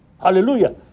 Hallelujah